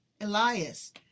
Elias